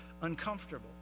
uncomfortable